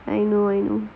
I know I know